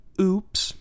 Oops